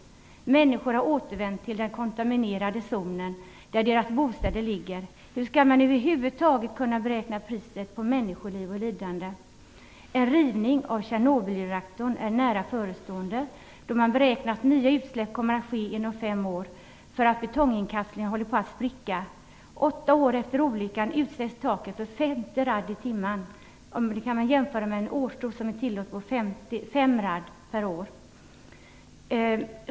Människor har återvänt till den kontaminerade zonen där deras bostäder ligger. Hur skall man över huvud taget kunna beräkna priset på människoliv och lidande? En rivning av Tjernobylreaktorn är nära förestående, då man beräknar att nya utsläpp kommer att ske inom fem år, därför att betonginkapslingen håller på att spricka. Åtta år efter olyckan utsätts taket för 50 rad i timmen, jämfört med tillåten årsdos som ligger på 5 rad per år.